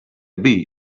bee